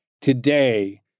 today